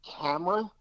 camera